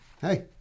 Hey